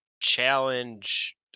challenge